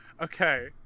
Okay